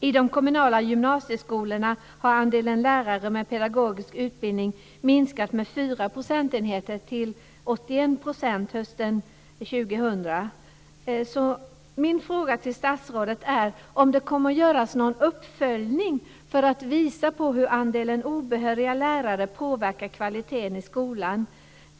I de kommunala gymnasieskolorna har andelen lärare med pedagogisk utbildning minskat med 4 procentenheter till 81 % Min fråga till statsrådet är om det kommer att göras någon uppföljning för att visa på hur andelen obehöriga lärare påverkar kvaliteten i skolan.